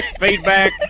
feedback